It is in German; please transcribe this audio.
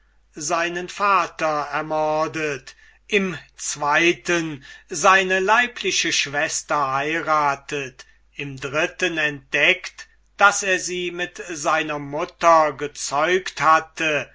seinen vater ermordet im zweiten seine leibliche schwester heiratet im dritten entdeckt daß er sie mit seiner mutter gezeugt hatte